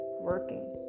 working